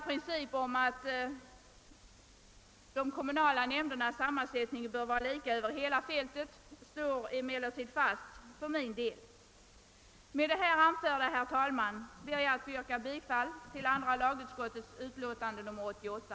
Principen som sådan håller jag emellertid fast vid. Med det anförda, herr talman, ber jag att få yrka bifall till andra lagutskottets hemställan i utlåtande nr 88.